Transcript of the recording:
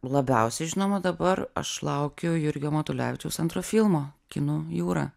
labiausiai žinoma dabar aš laukiu jurgio matulevičiaus antro filmo kinų jūra